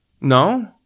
No